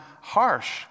harsh